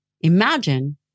Imagine